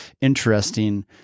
interesting